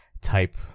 type